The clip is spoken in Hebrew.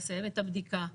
לסיים את הבדיקה.